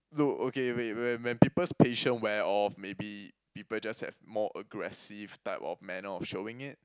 look okay wait when when people's patience wear off maybe people just have more aggressive type of manner of showing it